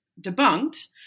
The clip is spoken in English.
debunked